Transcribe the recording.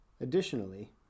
Additionally